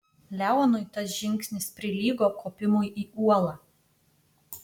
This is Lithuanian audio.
leonui tas žingsnis prilygo kopimui į uolą